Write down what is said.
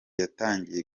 yatangiye